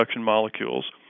molecules